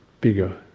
bigger